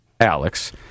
Alex